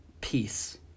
peace